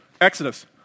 Exodus